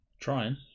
Trying